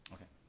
Okay